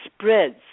spreads